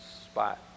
spot